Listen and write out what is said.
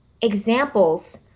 examples